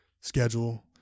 schedule